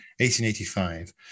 1885